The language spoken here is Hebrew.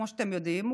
כמו שאתם יודעים,